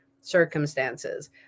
circumstances